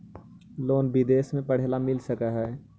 Loan विदेश में पढ़ेला मिल सक हइ?